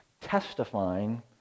testifying